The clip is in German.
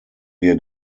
wir